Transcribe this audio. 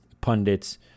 pundits